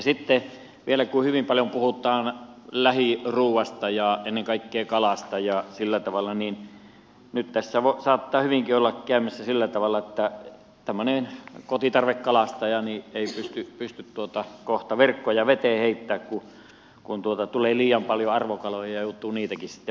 sitten vielä kun hyvin paljon puhutaan lähiruuasta ja ennen kaikkea kalasta ja sillä tavalla niin nyt tässä saattaa hyvinkin olla käymässä sillä tavalla että kotitarvekalastaja ei pysty kohta verkkoja veteen heittämään kun tulee liian paljon arvokaloja ja joutuu niitäkin sitten palauttamaan